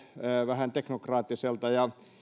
vähän teknokraattiselta ja